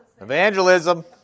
Evangelism